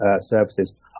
services